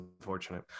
unfortunate